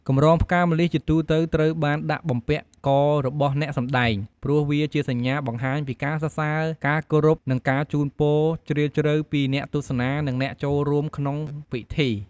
កម្រងផ្កាម្លិះ ជាទូទៅត្រូវបានដាក់បំពាក់ករបស់អ្នកសម្តែង ព្រោះវាជាសញ្ញាបង្ហាញពីការសរសើរ ការគោរព និងការជូនពរជ្រាលជ្រៅពីអ្នកទស្សនា និងអ្នកចូលរួមក្នុងពិធី។